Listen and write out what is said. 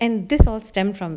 and this was stemmed from